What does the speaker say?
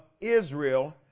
Israel